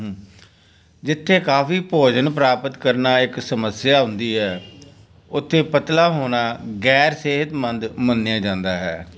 ਹੂੰ ਜਿੱਥੇ ਕਾਫ਼ੀ ਭੋਜਨ ਪ੍ਰਾਪਤ ਕਰਨਾ ਇੱਕ ਸਮੱਸਿਆ ਹੁੰਦੀ ਹੈ ਉੱਥੇ ਪਤਲਾ ਹੋਣਾ ਗੈਰ ਸਿਹਤਮੰਦ ਮੰਨਿਆ ਜਾਂਦਾ ਹੈ